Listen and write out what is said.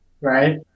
right